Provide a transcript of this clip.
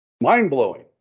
Mind-blowing